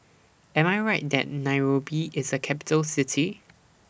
Am I Right that Nairobi IS A Capital City